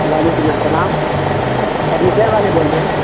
وعلیکم السلام فرنیچر والے بول رہے ہیں